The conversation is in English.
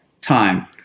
time